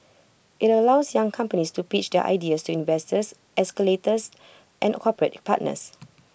IT allows young companies to pitch their ideas so investors accelerators and corporate partners